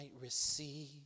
receive